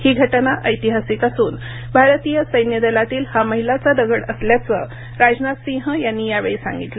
ही घटना ऐतिहासिक असून भारतीय सैन्य दलातील हा मैलाचा दगड असल्याचं राजनाथसिंह यांनी यावेळी सांगितलं